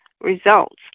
results